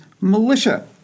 militia